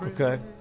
Okay